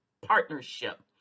partnership